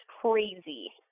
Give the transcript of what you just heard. crazy